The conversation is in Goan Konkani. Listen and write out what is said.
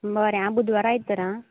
बरें हांव बुधवारा येता तर आं